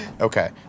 Okay